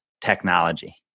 technology